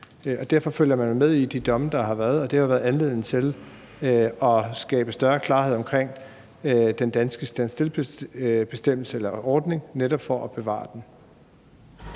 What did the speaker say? Og derfor følger man jo med i de domme, der har været, og det har været en anledning til at skabe større klarhed omkring den danske standstillordning netop for at bevare den.